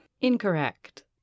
Incorrect